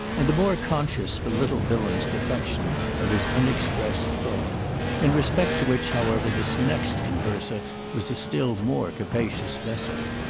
and the more conscious for little bilham's defection of his unexpressed thought in respect to which however this next converser was a still more capacious vessel.